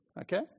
okay